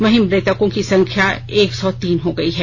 वहीं मृतकों की संख्या एक सौ तीन हो गई है